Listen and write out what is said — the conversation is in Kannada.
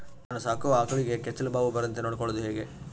ನಾನು ಸಾಕೋ ಆಕಳಿಗೆ ಕೆಚ್ಚಲುಬಾವು ಬರದಂತೆ ನೊಡ್ಕೊಳೋದು ಹೇಗೆ?